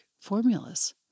formulas